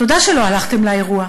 תודה שלא הלכתם לאירוע.